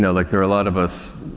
know, like there are a lot of us